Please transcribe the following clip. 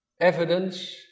evidence